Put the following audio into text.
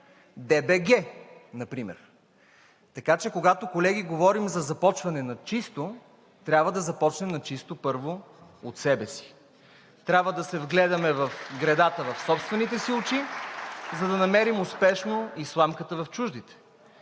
ДБГ например. Така че, колеги, когато говорим за започване на чисто, трябва да започнем на чисто първо от себе си. Трябва да се вгледаме в гредата в собствените си очи (ръкопляскания от ГЕРБ-СДС), за да намерим успешно и сламката в чуждите.